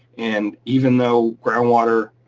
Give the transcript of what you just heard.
and even though groundwater,